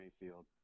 Mayfield